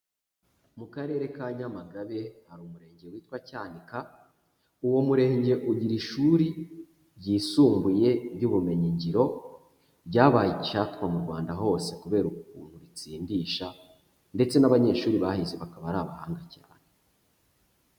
Mu Karere ka Nyamagabe hari umurenge witwa Cyanika, uwo murenge ugira ishuri ryisumbuye ry'ubumenyingiro ryabaye icyatwa mu Rwanda hose kubera ukuntu ritsindisha ndetse n'abanyeshuri bahize bakaba ari abahanga chane.